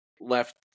left